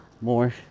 more